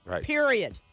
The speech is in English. period